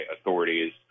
authorities